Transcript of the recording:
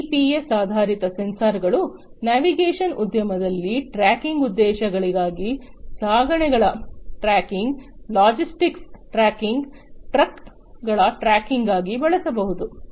GPS ಆಧಾರಿತ ಸೆನ್ಸರ್ಗಳು navigation ಉದ್ಯಮದಲ್ಲಿ ಟ್ರ್ಯಾಕಿಂಗ್ ಉದ್ದೇಶಗಳಿಗಾಗಿ ಸಾಗಣೆಗಳ ಟ್ರ್ಯಾಕಿಂಗ್ ಲಾಜಿಸ್ಟಿಕ್ಸ್ ಟ್ರ್ಯಾಕಿಂಗ್ ಟ್ರಕ್ಗಳ ಟ್ರ್ಯಾಕಿಂಗ್ಗಾಗಿ ಬಳಸಬಹುದು